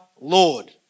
Lord